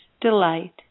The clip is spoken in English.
delight